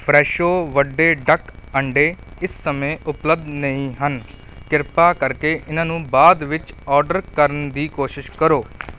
Fresho ਵੱਡੇ duck ਅੰਡੇ ਇਸ ਸਮੇਂ ਉਪਲੱਬਧ ਨਹੀਂ ਹਨ ਕਿਰਪਾ ਕਰਕੇ ਇਹਨਾਂ ਨੂੰ ਬਾਅਦ ਵਿੱਚ ਔਡਰ ਕਰਨ ਦੀ ਕੋਸ਼ਿਸ਼ ਕਰੋ